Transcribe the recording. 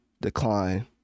decline